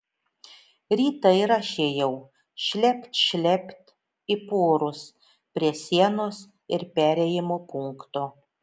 rytą ir aš ėjau šlept šlept į porus prie sienos ir perėjimo punkto